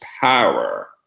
power